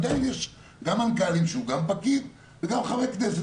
עדיין יש מנכ"ל שהוא גם פקיד וגם חברי כנסת.